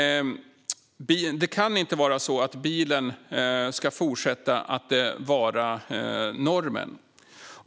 Det kan inte vara så att bilen ska fortsätta att vara normen.